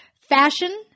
Fashion